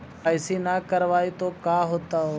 KYC न करवाई तो का हाओतै?